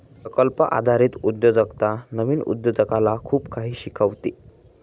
प्रकल्प आधारित उद्योजकता नवीन उद्योजकाला खूप काही शिकवते